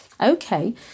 Okay